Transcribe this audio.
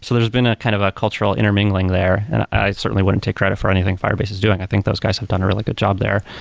so there's been ah kind of a cultural intermingling there. i certainly wouldn't take credit for anything firebase is doing. i think those guys have done a really good job there.